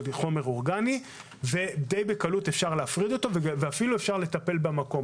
חומר אורגני שדי בקלות אפשר להפריד ואפילו לטפל במקום.